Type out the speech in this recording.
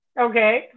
Okay